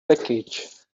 package